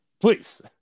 Please